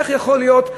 איך יכול להיות?